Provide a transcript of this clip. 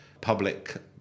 public